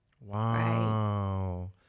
Wow